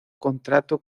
contrato